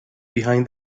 behind